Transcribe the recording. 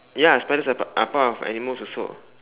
ya spiders are part are part of animals also